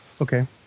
Okay